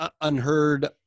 unheard